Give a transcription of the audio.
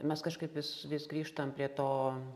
mes kažkaip vis vis grįžtam prie to